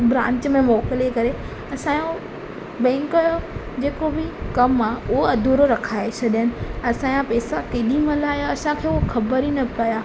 branch में मोकिले करे असांजो बैंक यो जेको बि कमु आहे उहो अधुरो रखाए छॾियनि असांजा पेसा केॾीमहिल आया असांखे उहो ख़बर ई न पया